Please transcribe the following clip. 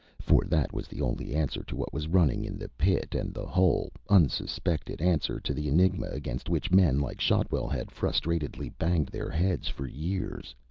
for that was the only answer to what was running in the pit and the whole, unsuspected answer to the enigma against which men like shotwell had frustratedly banged their heads for years.